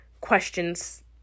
questions